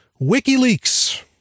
WikiLeaks